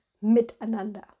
Miteinander